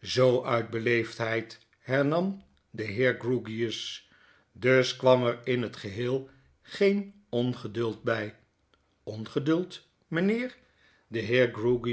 zoo uit beleefdheid hernam de heer grewgious dus kwam er in het geheel geen ongeduld by ongeduld mynheer de